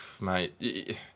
mate